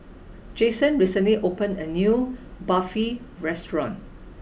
Jaxon recently opened a new Barfi Restaurant